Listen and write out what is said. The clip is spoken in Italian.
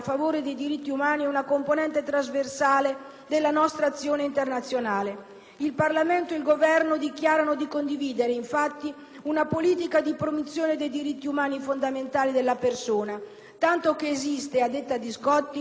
il Parlamento ed il Governo dichiarano di condividere, infatti, una politica di promozione dei diritti umani fondamentali della persona, tanto che esiste - a detta di Scotti - una sensibilità sempre più diffusa secondo cui la democrazia e i diritti umani